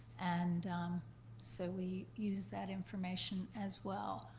and so we use that information as well.